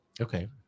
Okay